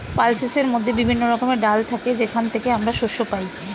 পালসেসের মধ্যে বিভিন্ন রকমের ডাল থাকে যেখান থেকে আমরা শস্য পাই